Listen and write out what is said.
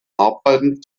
arbeiten